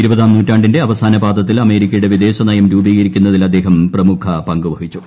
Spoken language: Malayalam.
ഇരുപതാം നൂറ്റാണ്ടിന്റെ അവസാന പാദത്തിൽ അമേരിക്കയുടെ വിദേശനയം രൂപീകരിക്കുന്നതിൽ അദ്ദേഹം പ്രമുഖ പങ്ക് വഹിച്ചു